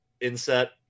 inset